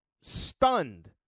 stunned